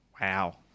Wow